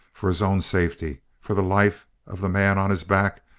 for his own safety, for the life of the man on his back,